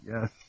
yes